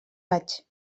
vaig